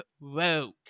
rogue